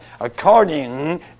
according